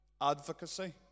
advocacy